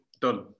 Done